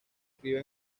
crio